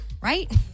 Right